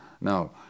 Now